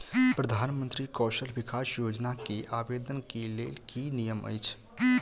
प्रधानमंत्री कौशल विकास योजना केँ आवेदन केँ लेल की नियम अछि?